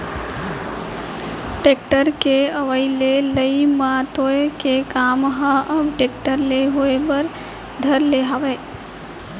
tractor के अवई ले लई मतोय के काम ह अब टेक्टर ले होय बर धर ले हावय